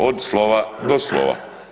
Od slova do slova.